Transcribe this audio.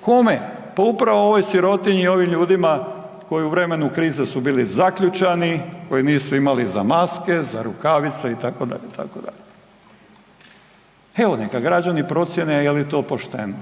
Kome? Pa upravo ovoj sirotinji i ovim ljudima koji u vremenu krize su bili zaključani, koji nisu imali za maske, za rukavice itd., itd. Evo neka građani procjene je li to pošteno.